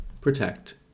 protect